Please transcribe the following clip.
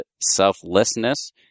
selflessness